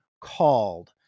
called